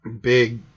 big